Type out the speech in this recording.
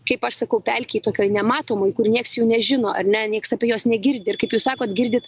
kaip aš sakau pelkėj tokioj nematomoj kur nieks jų nežino ar ne nieks apie juos negirdi ir kaip jūs sakot girdit